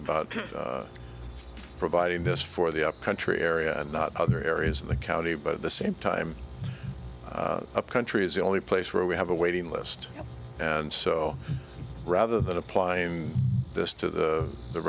about providing this for the up country area and not other areas in the county but at the same time a country is the only place where we have a waiting list and so rather than applying this to the